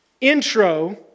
intro